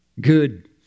good